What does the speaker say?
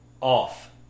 off